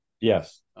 Yes